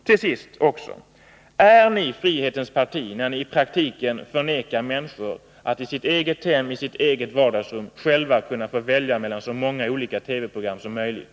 Till sist: Är ni frihetens parti, när ni i praktiken förvägrar människor att i sitt eget hem, i sitt eget vardagsrum, själva välja mellan så många olika TV-program som möjligt?